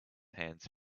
hands